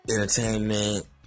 entertainment